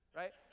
right